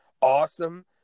awesome